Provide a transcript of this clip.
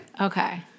Okay